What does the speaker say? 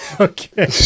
okay